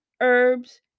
Herbs